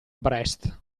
brest